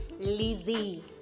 Lizzie